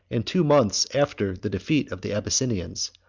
and two months after the defeat of the abyssinians,